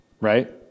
right